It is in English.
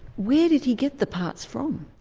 where did he get the parts from?